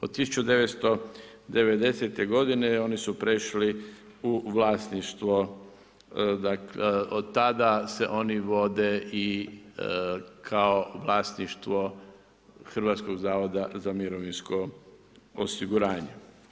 Od 1990. godine oni su prešli u vlasništvo, dakle od tada se oni vode i kao vlasništvo Hrvatskog zavoda za mirovinsko osiguranje.